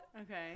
Okay